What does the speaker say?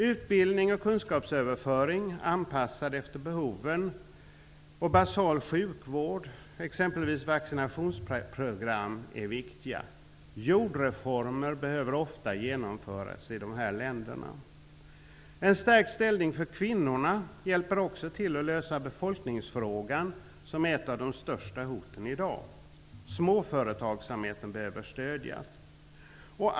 Utbildning och kunskapsöverföring, anpassad efter behoven, samt basal sjukvård, exempelvis vaccinationsprogram, är viktiga. Jordreformer behöver ofta genomföras i dessa länder. En stärkt ställning för kvinnorna hjälper också till att lösa befolkningsfrågan, som är ett av de största hoten i dag. Småföretagsamheten behöver stödjas.